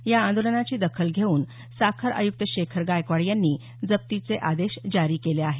या आंदोलनाची दखल घेऊन साखर आयुक्त शेखर गायकवाड यांनी जप्तीचे आदेश जारी केले आहेत